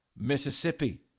Mississippi